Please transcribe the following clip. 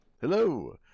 Hello